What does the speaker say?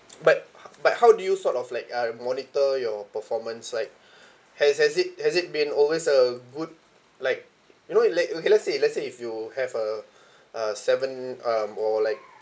but h~ but how do you sort of like uh monitor your performance like has has it has it been always a good like you know like okay let's say let's say if you have a uh seven um or like